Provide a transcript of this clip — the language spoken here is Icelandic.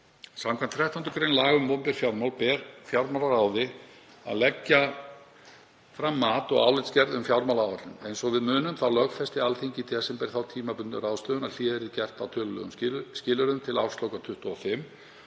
Samkvæmt 13. gr. laga um opinber fjármál ber fjármálaráði að leggja fram mat og álitsgerð um fjármálaáætlun. Eins og við munum þá lögfesti Alþingi í desember þá tímabundnu ráðstöfun að hlé yrði gert á tölulegum skilyrðum til ársloka 2025